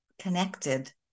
connected